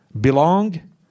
belong